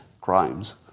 crimes